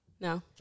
No